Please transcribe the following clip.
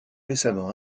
récemment